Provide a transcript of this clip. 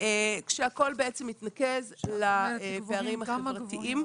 כשהכול בעצם מתנקז לפערים החברתיים.